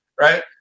right